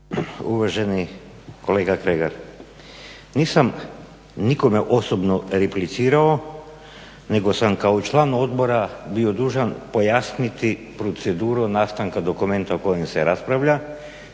Uvaženi kolega Kregar, nisam nikome osobno replicirao nego sam kao član odbora bio dužan pojasniti proceduru nastanka dokumenta o kojem se raspravlja